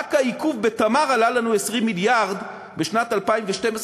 רק העיכוב ב"תמר" עלה לנו 20 מיליארד בשנת 2012,